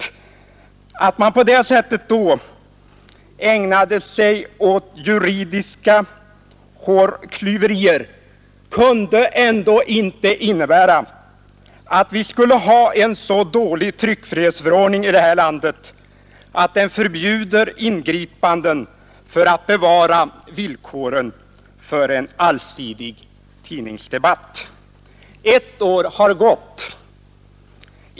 Socialdemokrater och centerpartister hävdade att dessa folkpartister ägnade sig åt juridiska hårklyverier och att vi väl ändå inte kunde ha en så dålig tryckfrihetsförordning här i landet att den förbjöd ingripanden för att bevara villkoren för en allsidig tidningsdebatt. Ett år har gått.